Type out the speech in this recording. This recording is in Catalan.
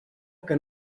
que